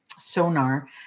sonar